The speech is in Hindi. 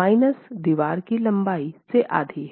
माइनस दीवार की लंबाई से आधी है